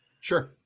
Sure